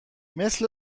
مثل